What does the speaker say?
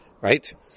right